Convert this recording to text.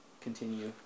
continue